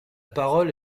parole